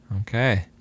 okay